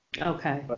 Okay